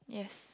yes